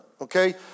okay